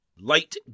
Light